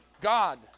God